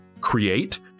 create